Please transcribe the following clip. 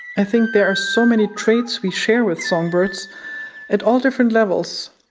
i think there are so many traits we share with songbirds at all different levels.